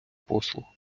послуг